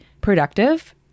productive